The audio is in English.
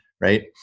right